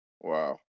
Wow